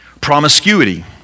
Promiscuity